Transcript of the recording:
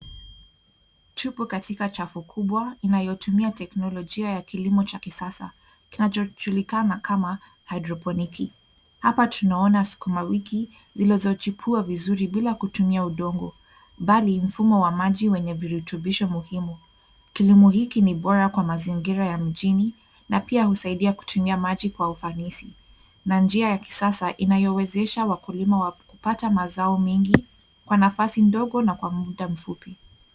Tupo katika chafu kubwa, inayotumia teknolojia ya kilimo cha kisasa, kinachojulikana kama hydroponic . Hapa tunaona sukuma wiki zilizochipua vizuri bila kutumia udongo ,bali, mfumo wa maji wenye virutubisho muhimu. Kilimo hiki ni bora kwa mazingira ya mjini na pia husaidia kutumia maji kwa ufanisi na njia ya kisasa inayowezesha wakulima wa kupata mazao mengi kwa nafasi ndogo na kwa muda mfupi.